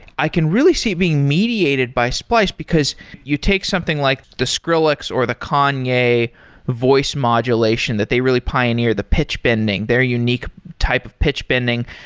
i can really see being mediated by splice, because you take something like the skrillex, or the kanye voice modulation that they really pioneer the pitch bending, their unique type of pitch bending,